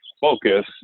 focus